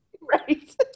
Right